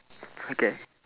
okay